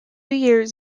years